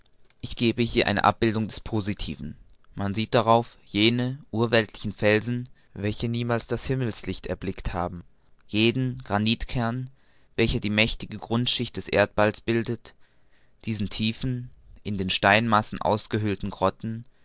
ich gebe hier eine abbildung des positiven man sieht darauf jene urweltlichen felsen welche niemals das himmelslicht erblickt haben jenen granitkern welcher die mächtige grundschicht des erdballs bildet diese tiefen in den steinmassen ausgehöhlten grotten